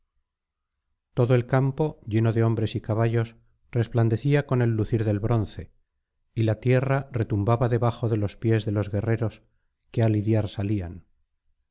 todo el campo lleno de hombres y caballos resplandecía con el lucir del bronce y la tierra retumbaba debajo de los pies de los guerreros que á lidiar salían